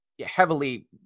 heavily